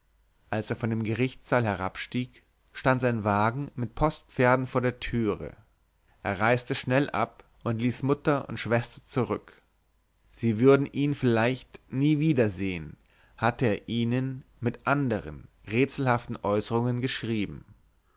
als er von dem gerichtssaal herabstieg stand sein wagen mit postpferden vor der türe er reiste schnell ab und ließ mutter und schwester zurück sie würden ihn vielleicht nie wiedersehen hatte er ihnen mit andern rätselhaften äußerungen geschrieben